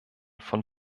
von